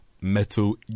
Metal